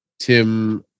tim